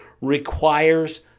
requires